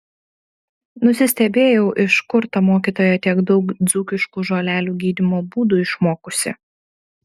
nusistebėjau iš kur ta mokytoja tiek daug dzūkiškų žolelių gydymo būdų išmokusi